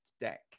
deck